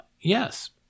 Yes